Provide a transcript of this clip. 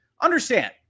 Understand